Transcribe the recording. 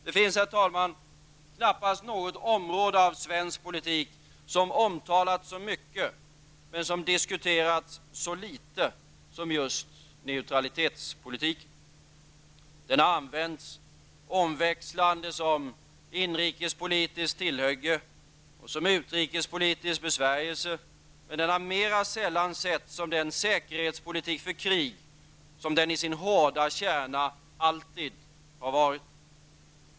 Det finns, herr talman, knappast något område av svensk politik som omtalats så mycket men diskuterats så litet som just neutralitetspolitiken. Den har använts omväxlande som inrikespolitiskt tillhygge och som utrikespolitisk besvärjelse, men den har mera sällan setts som den säkerhetspolitik för krig som den i sin hårda kärna alltid har varit.